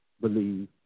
believe